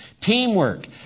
teamwork